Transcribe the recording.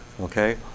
okay